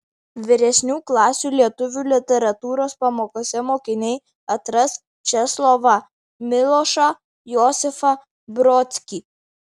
vyresnių klasių lietuvių literatūros pamokose mokiniai atras česlovą milošą josifą brodskį